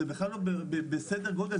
זה בכלל לא בסדר גודל,